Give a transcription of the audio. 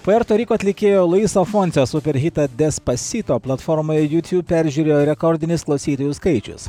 puerto riko atlikėjo luiso foncijaus super hitą des pasito platformoj jutiub peržiūrėjo rekordinis klausytojų skaičius